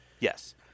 Yes